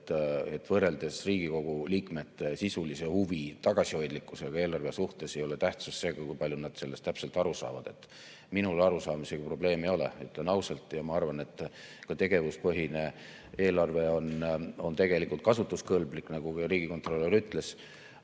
et võrreldes Riigikogu liikmete sisulise huvi tagasihoidlikkusega eelarve suhtes ei ole tähtsust, kui palju nad sellest täpselt aru saavad. Minul arusaamisega probleeme ei ole, ütlen ausalt, ja ma arvan, et ka tegevuspõhine eelarve on tegelikult kasutuskõlblik, nagu ka riigikontrolör ütles,